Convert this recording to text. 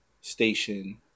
station